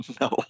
No